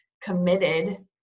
committed